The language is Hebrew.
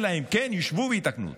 אלא אם כן ישבו ויתקנו אותו.